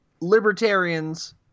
libertarians